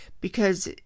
because